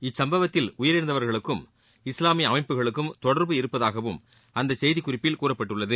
இச்சம்பவத்தில் உயிரிழந்தவர்களுக்கும் இஸ்லாமிய அமைப்புகளுக்கும் தொடர்பு இருப்பதாகவும் அந்த செய்திக்குறிப்பில் கூறப்பட்டுள்ளது